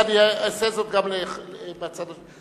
אני אעשה את זה גם לצד השני.